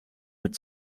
mit